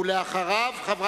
בבקשה.